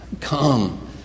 Come